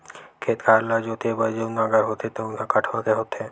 खेत खार ल जोते बर जउन नांगर होथे तउन ह कठवा के होथे